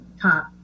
top